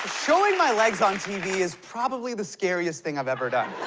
showing my legs on tv is probably the scariest thing i've ever done.